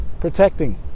protecting